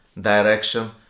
direction